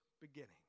beginning